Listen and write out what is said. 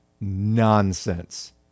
nonsense